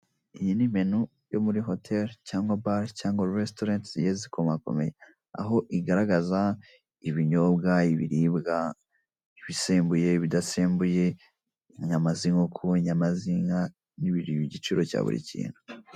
Iyi ni menu yo muri hoteri cyangwa bari, cyangwa resitorenti zigiye zikomakomeye, aho igaragaza ibinyiobwa, ibiribwa, ibisembuye, ibidasembuye, inyama z'inkoko, inyama z'inka, n'igiciro cya buri kintu.